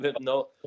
no